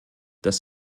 das